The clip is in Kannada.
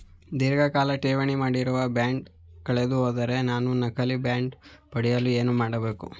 ಧೀರ್ಘಕಾಲ ಠೇವಣಿ ಮಾಡಿರುವ ಬಾಂಡ್ ಕಳೆದುಹೋದಲ್ಲಿ ನಾನು ನಕಲಿ ಬಾಂಡ್ ಪಡೆಯಲು ಏನು ಮಾಡಬೇಕು?